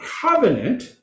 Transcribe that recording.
covenant